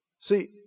See